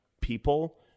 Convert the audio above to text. people